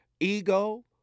Ego